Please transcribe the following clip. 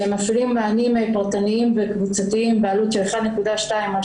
מפעילים מענים פרטניים וקבוצתיים בעלות של 1.2 מיליון